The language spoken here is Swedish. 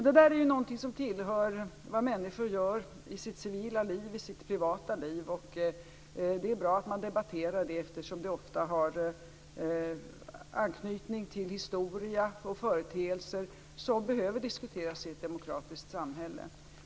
Det där är något som hör till vad människor gör i sitt civila liv, sitt privata liv. Det är bra att man debatterar det eftersom det ofta har anknytning till historia och företeelser som behöver diskuteras i ett demokratiskt samhälle.